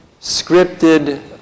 scripted